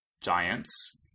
giants